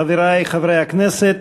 חברי חברי הכנסת,